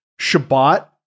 Shabbat